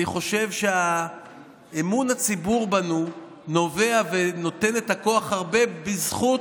אני חושב שאמון הציבור בנו נובע ונותן את הכוח הרבה בזכות